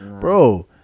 bro